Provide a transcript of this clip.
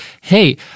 hey